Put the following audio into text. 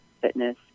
fitness